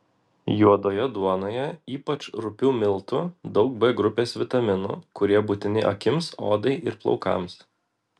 juodoje duonoje ypač rupių miltų daug b grupės vitaminų kurie būtini akims odai ir plaukams